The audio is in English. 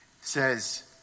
says